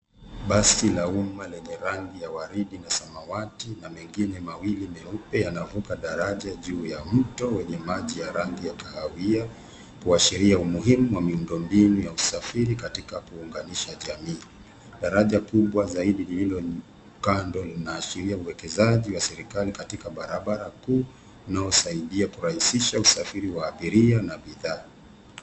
Basi la umma lenye rangi ya waridi na samawati na mengine mawili meupe yanavuka daraja juu ya mto wenye maji ya rangi ya kahawia kuashiria umuhumu wa miundo mbinu ya usafiri katika kuunganisha jamii. Daraja kubwa zaidi lillo kando linaashiria uwekezaji wa serikali katika barabara kuu inayosaidia kurahisisha usafiri wa abiria na bidhaa.